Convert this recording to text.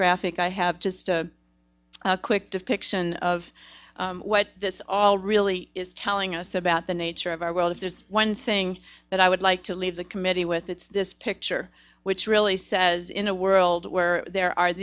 graphic i have just a quick depiction of what this all really is telling us about the nature of our world if there's one thing that i would like to leave the committee with it's this picture which really says in a world where there are